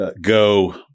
go